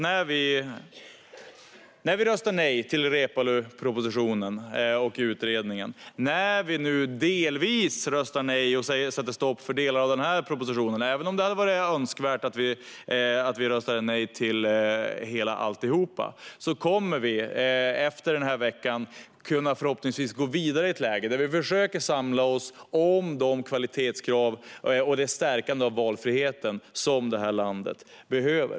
När vi röstar nej till Reepalupropositionen och Reepaluutredningen och när vi nu delvis röstar nej till och sätter stopp för delar av den här propositionen - även om det hade varit önskvärt att vi röstade nej till alltihop - kommer vi efter den här veckan att förhoppningsvis kunna gå vidare i ett läge där vi försöker samla oss om de kvalitetskrav och det stärkande av valfriheten som det här landet behöver.